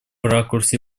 ракурсе